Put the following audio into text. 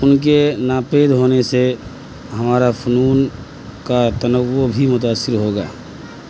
ان کے ناپید ہونے سے ہمارا فنون کا تنوع بھی متاثر ہوگا